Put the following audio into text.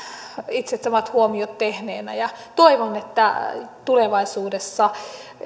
itse samat huomiot tehneenä ja toivon että tulevaisuudessa